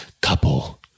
couple